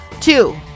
two